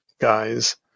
guys